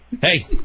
Hey